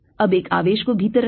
अब एक आवेश को भीतर रखें